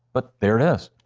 but there it is.